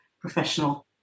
professional